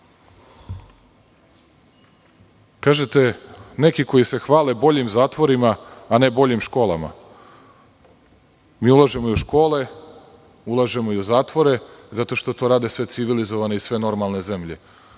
perioda. Kažete, neki koji se hvale boljim zatvorima, a ne boljim školama. Mi ulažemo i u škole, ulažemo i u zatvore zato što to rade sve civilizovane i sve normalne zemlje,